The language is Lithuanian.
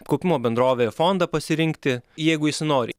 kaupimo bendrovę ir fondą pasirinkti jeigu jis nori